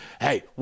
Hey